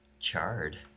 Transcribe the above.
Charred